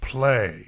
Play